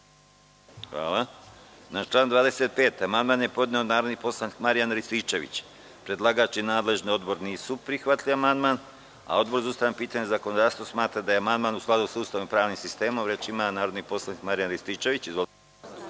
Hvala. Na član 25. amandman je podneo narodni poslanik Marijan Rističević. Predlagač i nadležni odbor nisu prihvatili ovaj amandman. Odbor za ustavna pitanja i zakonodavstvo smatra da je amandman u skladu sa Ustavom i pravnim sistemom. Reč ima narodni poslanik Marijan Rističević. Izvolite.